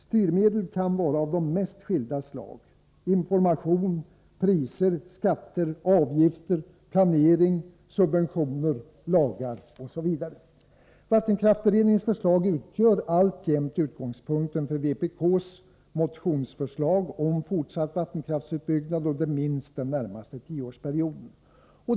Styrmedel kan vara av de mest skilda slag: information, priser, skatter, avgifter, planering, subventioner, lagar osv. Vattenkraftsberedningens förslag utgör alltjämt utgångspunkten för vpk:s motionsförslag om fortsatt vattenkraftsutbyggnad under minst den närmaste tioårsperioden.